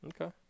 Okay